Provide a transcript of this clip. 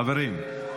חברים.